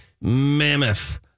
Mammoth